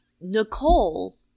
nicole